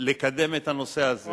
לקדם את הנושא הזה.